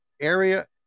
area